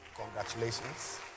Congratulations